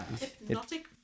Hypnotic